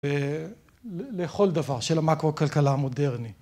ולכל דבר של המקרו הכלכלה המודרני.